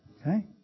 Okay